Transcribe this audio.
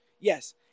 Yes